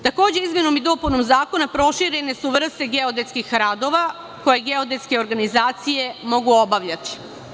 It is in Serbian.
Takođe, izmenom i dopunom zakona proširene su vrste geodetskih radova koje geodetske organizacije mogu obavljati.